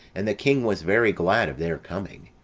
and the king was very glad of their coming.